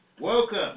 welcome